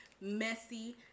messy